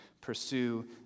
pursue